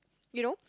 you know